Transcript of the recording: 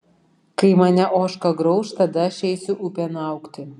kai mane ožka grauš tada aš eisiu upėn augti